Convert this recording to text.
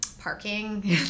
parking